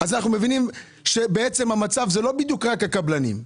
אנחנו מבינים שבעצם המצב הוא שזה לא בדיוק רק הקבלנים.